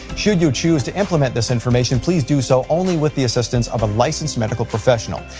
should you choose to implement this information, please do so only with the assistance of a licensed medical professional.